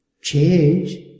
change